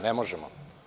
Ne možemo.